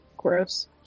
gross